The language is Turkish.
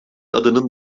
adının